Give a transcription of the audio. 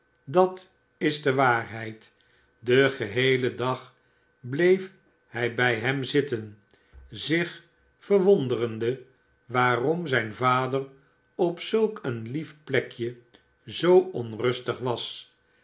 dat is de waarheid den geheelen dag bleef hij bij hem zitten zich verwonderende waarom zijn vader op zulk een lief plekje zoo onrustig was